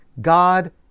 God